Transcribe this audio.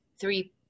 three